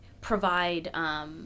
provide –